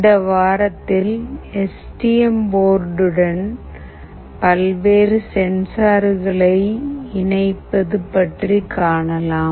இந்த வாரத்தில் S T M போர்டுடன் பல்வேறு சென்சார்களை இணைப்பது பற்றி காணலாம்